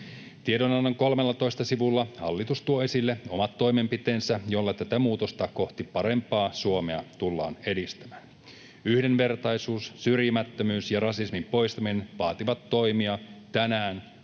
Tiedonannon 13 sivulla hallitus tuo esille omat toimenpiteensä, joilla tätä muutosta kohti parempaa Suomea tullaan edistämään. Yhdenvertaisuus, syrjimättömyys ja rasismin poistaminen vaativat toimia tänään,